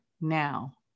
now